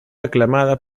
aclamada